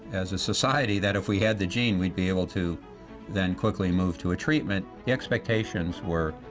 as a society, that if we had the gene we'd be able to then quickly move to a treatment. the expectations were